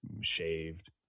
shaved